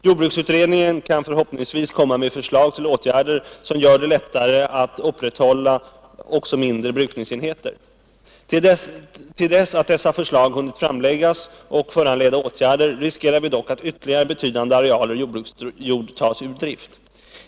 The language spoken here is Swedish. Jordbruksutredningen kan förhoppningsvis komma med förslag till åtgärder som gör det lättare att upprätthålla också mindre brukningsenheter. Till dess att dessa förslag hunnit framläggas och föranleda åtgärder riskerar vi dock att ytterligare betydande arealer jordbruksjord tas ur drift.